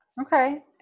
Okay